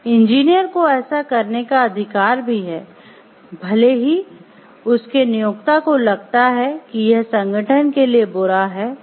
engineer को ऐसा करने का अधिकार भी है भले ही उसके नियोक्ता को लगता है कि यह संगठन के लिए बुरा है